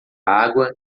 água